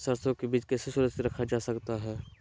सरसो के बीज कैसे सुरक्षित रखा जा सकता है?